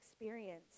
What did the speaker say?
experience